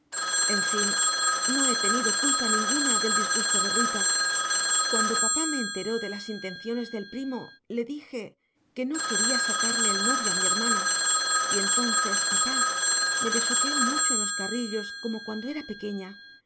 en fin no he tenido culpa ninguna del disgusto de rita cuando papá me enteró de las intenciones del primo le dije que no quería sacarle el novio a mi hermana y entonces papá me besuqueó mucho en los carrillos como cuando era pequeña